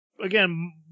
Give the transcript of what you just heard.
Again